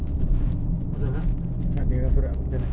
run pipe sekejap jer run pipe lima belas minit jer